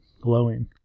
glowing